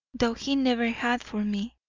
though he never had for me.